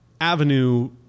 avenue